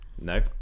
No